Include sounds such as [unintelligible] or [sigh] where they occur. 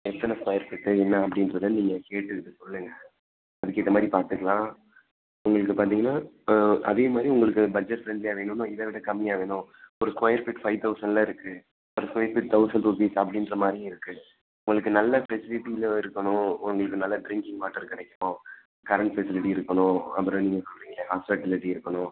எத்தனை square feet என்ன அப்படின்றத நீங்கள் கேட்டுக்கிட்டு சொல்லுங்கள் அதுக்கேற்ற மாதிரி பார்த்துக்கலாம் உங்களுக்கு பார்த்தீங்கன்னா அதே மாதிரி உங்களுக்கு பட்ஜெட் ஃப்ரெண்ட்லியா வேணுன்னா இதை விட கம்மியா வேணும் ஒரு ஸ்கொயர் ஃபீட் ஃபைவ் தௌசண்ட்டில் இருக்கு ஒரு ஸ்கொயர் ஃபீட் தௌசண்ட் ருப்பீஸ் அப்படின்ற மாரியும் இருக்குது உங்களுக்கு நல்ல ஃபெசிலிட்டியில் இருக்கணும் உங்களுக்கு நல்ல ட்ரிங்க்கிங் வாட்டர் கிடைக்கணும் கரண்ட் ஃபெசிலிட்டி இருக்கணும் அப்புறம் நீங்கள் [unintelligible] இருக்கணும்